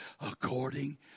according